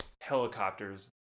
helicopters